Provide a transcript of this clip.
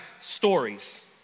stories